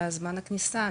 בזמן הכניסה,